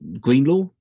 Greenlaw